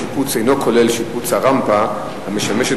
השיפוץ אינו כולל שיפוץ הרמפה המשמשת